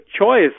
choice